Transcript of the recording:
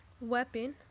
weapon